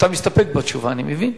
אדוני מסתפק בתשובה, אני מבין.